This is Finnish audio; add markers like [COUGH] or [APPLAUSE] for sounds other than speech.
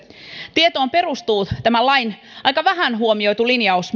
tietoon perustuu myös tämän lain aika vähän huomioitu linjaus [UNINTELLIGIBLE]